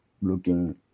looking